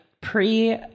Pre